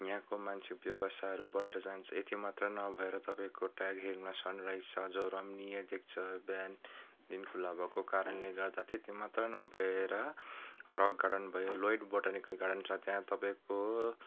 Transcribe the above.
यहाँको मान्छे व्यवसायहरू बढेर जान्छ यतिमात्र नभएर तपाईँको टाइगर हिलमा सनराइज छ जो रमणीय देख्छ बिहान दिन खुल्ला भएको कारणले गर्दा त्यति मात्र नभएर रक गार्डन भयो लोएड बोटानिकल गार्डन छ त्यहाँ तपाईँको